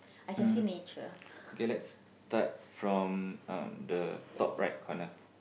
um okay let's start from um the top right corner